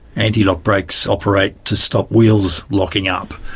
antilock brakes operate to stop wheels locking up.